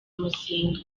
muzinga